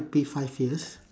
~py five years